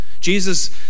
Jesus